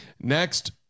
Next